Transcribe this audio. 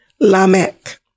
Lamech